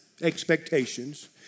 expectations